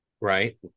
right